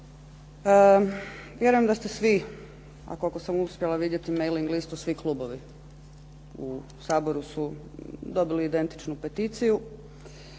Vjerujem da ste svi a koliko sam uspjela vidjeti mailing listu svi klubovi u Saboru su dobili identičnu peticiju